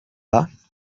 pas